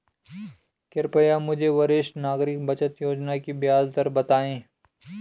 कृपया मुझे वरिष्ठ नागरिक बचत योजना की ब्याज दर बताएँ